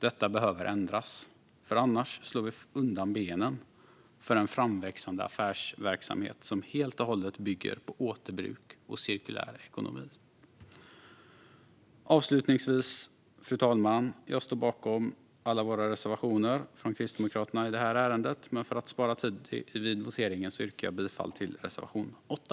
Detta behöver ändras, för annars slår vi undan benen för en framväxande affärsverksamhet som helt och hållet bygger på återbruk och cirkulär ekonomi. Fru talman! Jag står bakom alla reservationer från Kristdemokraterna i det här ärendet, men för att spara tid vid voteringen yrkar jag bifall endast till reservation 8.